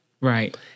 Right